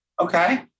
Okay